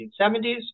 1970s